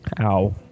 Ow